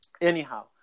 Anyhow